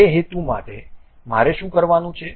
તે હેતુ માટે મારે શું કરવાનું છે